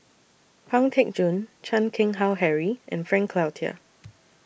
Pang Teck Joon Chan Keng Howe Harry and Frank Cloutier